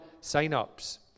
sign-ups